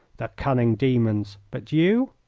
the cunning demons! but you?